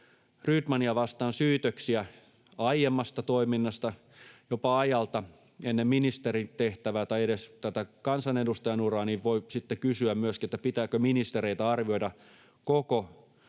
Rydmania vastaan syytöksiä aiemmasta toiminnasta, jopa ajalta ennen ministerin tehtävää tai edes tätä kansanedustajan uraa, niin voi sitten kysyä myöskin, pitääkö ministereitä arvioida koko